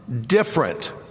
different